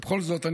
ובכל זאת,